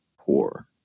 poor